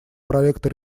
проекта